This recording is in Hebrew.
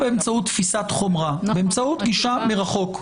לא באמצעות תפיסת חומרה, באמצעות גישה מרחוק.